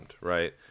right